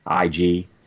IG